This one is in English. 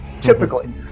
typically